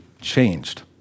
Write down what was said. changed